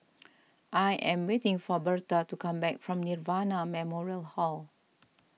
I am waiting for Berta to come back from Nirvana Memorial Garden